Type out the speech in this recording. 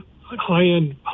high-end